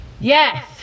yes